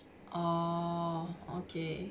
oh okay